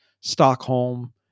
stockholm